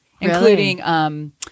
including